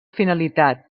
finalitat